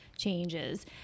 changes